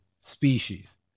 species